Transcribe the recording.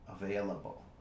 available